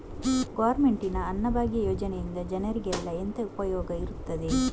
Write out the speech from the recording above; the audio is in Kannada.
ಗವರ್ನಮೆಂಟ್ ನ ಅನ್ನಭಾಗ್ಯ ಯೋಜನೆಯಿಂದ ಜನರಿಗೆಲ್ಲ ಎಂತ ಉಪಯೋಗ ಇರ್ತದೆ?